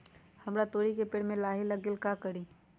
हमरा तोरी के पेड़ में लाही लग गेल है का करी?